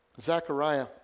Zachariah